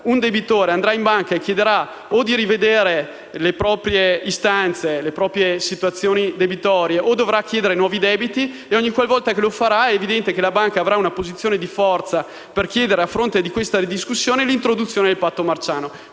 un debitore andrà in banca e chiederà di rivedere le proprie istanze e le proprie situazioni debitorie, o chiederà nuovi prestiti. Ogniqualvolta che lo farà, è evidente che la banca avrà una posizione di forza per chiedere, a fronte di tale ridiscussione, l'introduzione del patto marciano.